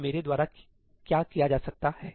तो मेरे द्वारा क्या किया जा सकता है